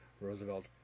Roosevelt